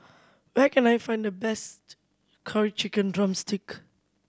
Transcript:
where can I find the best Curry Chicken drumstick